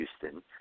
Houston